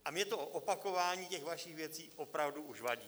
A mě to opakování těch vašich věcí opravdu už vadí.